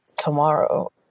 tomorrow